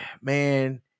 man